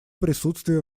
присутствия